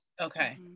Okay